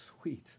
sweet